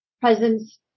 presence